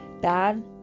bad